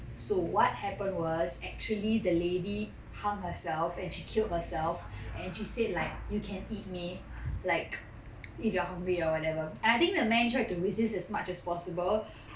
so what happened was actually the lady hang herself and she killed herself and she said like you can eat me like if you are hungry or whatever I think the man tried to resist as much as possible